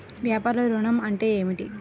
వ్యాపార ఋణం అంటే ఏమిటి?